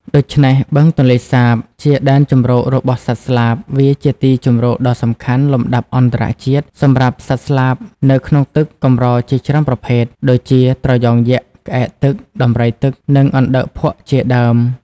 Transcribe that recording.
ដូច្នេះ បឹងទន្លេសាប ជាដែនជម្រករបស់់សត្វស្លាប វាជាទីជម្រកដ៏សំខាន់លំដាប់អន្តរជាតិ សម្រាប់សត្វស្លាបនៅក្នុងទឹកកម្រជាច្រើនប្រភេទ ដូចជា ត្រយងយក្ស ក្អែកទឹក ដំរីទឹក និង អណ្ដើកភក់ជាដើម។